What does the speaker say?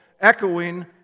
echoing